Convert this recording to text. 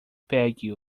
pegue